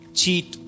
cheat